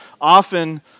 often